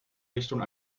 richtung